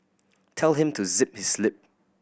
tell him to zip his lip